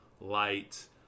light